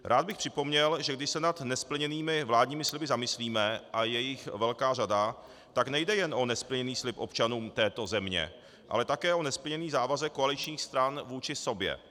Rád bych připomněl, že když se nad nesplněnými vládními sliby zamyslíme, a je jich velká řada, tak nejde jen o nesplněný slib občanům této země, ale také o nesplněný závazek koaličních stran vůči sobě.